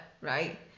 right